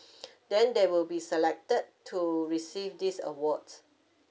then they will be selected to receive these awards